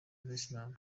vietnam